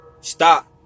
stop